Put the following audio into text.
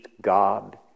God